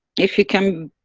if we can